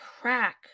crack